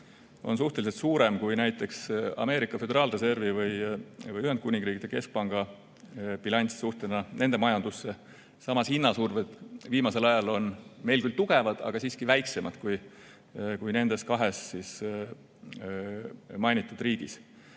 on suhteliselt suurem kui näiteks Ameerika Föderaalreservi või Ühendkuningriigi keskpanga bilanss suhtena nende majandusse. Samas, hinnasurved viimasel ajal on meil küll tugevad, aga siiski väiksemad kui nendes kahes riigis.